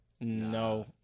No